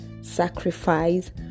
sacrifice